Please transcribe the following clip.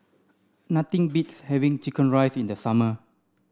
nothing beats having chicken rice in the summer